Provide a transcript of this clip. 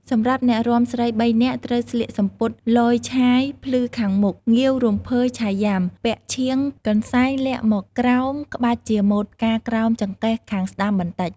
សម្រាប់អ្នករាំស្រី៣នាក់ ត្រូវស្លៀកសំពត់លយឆាយភ្លឺខាងមុខ ងាវរំភើយឆៃយ៉ាំ ពាក់ឈៀងកន្សែងៃំលាក់មកក្រោមកាច់ជាម៉ូតផ្កាក្រោមចង្កេះខាងស្ដាំបន្តិច។